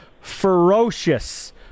Ferocious